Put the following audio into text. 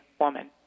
woman